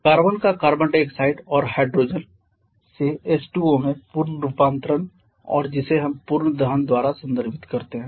carbon का carbon dioxide और hydrogen से H2O में पूर्ण रूपांतरण और जिसे हम पूर्ण दहन द्वारा संदर्भित करते हैं